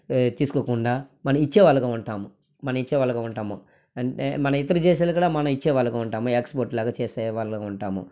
తీసుకోకుండా మనం ఇచ్చేవాళ్ళుగా ఉంటాము మన ఇచ్చేవాళ్ళుగా ఉంటాము అంటే మన ఇతర దేశాలు కూడా మన ఇచ్చేవాళ్ళుగా ఉంటాము ఎక్స్పోర్ట్ లాగా చేసేవాళ్ళుగా ఉంటాము